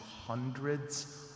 hundreds